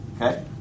okay